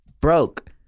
Broke